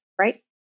right